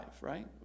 right